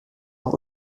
auf